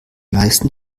meisten